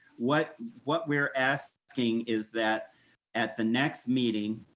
what what we're asking is that at the next meeting,